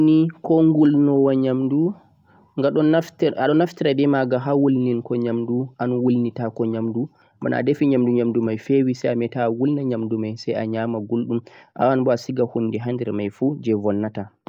oven ni ko wulnowo nyamdu do naftira beh magha ha wulwilgo nyamdu beh wulnitago nyamdu bana a defi nyamdu sai nyamdu mai fewi sai a meta wulna nymadu mai sai a nyama guldhum a wawan boh a siga hunde ha majhum jeh vonnata.